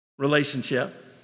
relationship